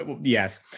Yes